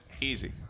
easy